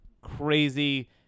crazy